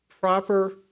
proper